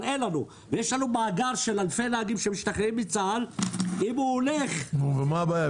יש לנו מאגר של אלפי נהגים שמשתחררים מצה"ל -- ומה הבעיה?